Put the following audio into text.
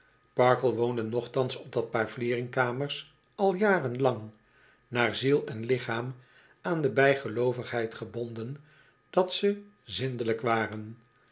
parkle woonde nochtans op dat paar vlieringkamers al jarenlang naar ziel en lichaam aan de bijgeloovigheid gebonden dat ze zindelijk waren